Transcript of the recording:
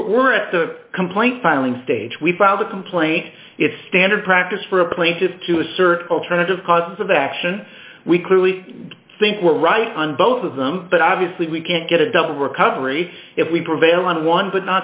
we're at the complaint filing stage we filed a complaint it's standard practice for a plaintiff to assert alternative cause of action we clearly think we're right on both of them but obviously we can't get a double recovery if we prevail on one but